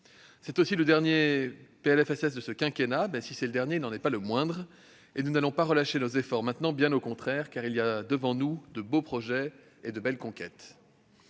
la sécurité sociale de ce quinquennat. Mais s'il est le dernier, il n'en est pas le moindre, et nous n'allons pas relâcher nos efforts maintenant, bien au contraire, car il y a encore de beaux projets et de belles conquêtes